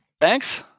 Thanks